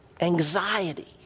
anxiety